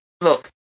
look